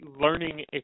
learning